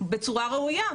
בצורה ראויה.